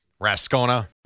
Rascona